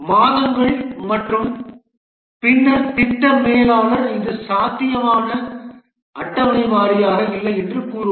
மாதங்கள் மற்றும் பின்னர் திட்ட மேலாளர் இது சாத்தியமான அட்டவணை வாரியாக இல்லை என்று கூறுவார்